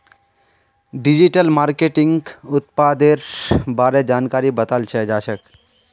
digital मार्केटिंगत उत्पादेर बारे जानकारी बताल जाछेक